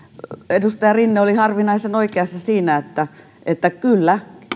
edustaja rinne oli harvinaisen oikeassa siinä että että se